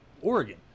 Oregon